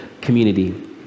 community